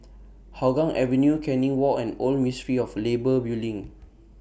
Hougang Avenue Canning Walk and Old Ministry of Labour Building